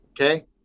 Okay